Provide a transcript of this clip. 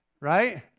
right